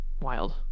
Wild